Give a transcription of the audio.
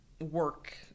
work